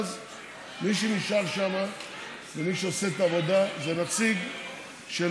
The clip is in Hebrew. אז מי שנשאר שם ומי שעושה את העבודה זה נציג של